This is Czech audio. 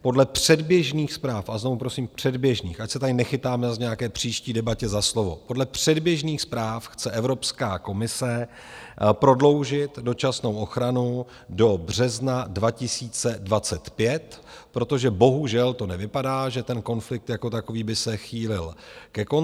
Podle předběžných zpráv, a znovu prosím, předběžných, ať se tady nechytáme zase v nějaké příští debatě za slovo, podle předběžných zpráv chce Evropská komise prodloužit dočasnou ochranu do března 2025, protože bohužel to nevypadá, že ten konflikt jako takový by se chýlil ke konci.